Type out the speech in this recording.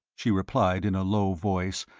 she replied in a low voice,